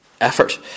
Effort